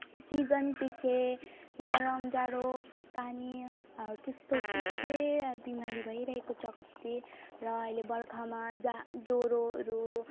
सिजनपछि गरम जाडो पानीहरू त्यस्तो पछि बिमारी भइरहेको छ कति र अहिले बर्खामा जा ज्वरोहरू